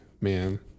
man